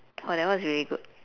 oh that one is really good